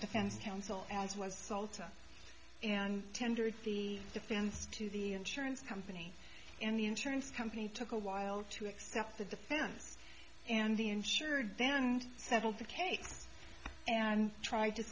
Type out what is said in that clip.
defense counsel as was salta and tendered the defense to the insurance company and the insurance company took a while to accept the defense and the insured then and settled the case and tried to